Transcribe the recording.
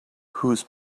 whose